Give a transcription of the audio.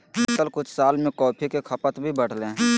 बीतल कुछ साल में कॉफ़ी के खपत भी बढ़लय हें